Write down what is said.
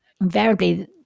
invariably